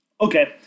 Okay